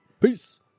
Peace